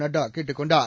நட்டா கேட்டுக் கொண்டார்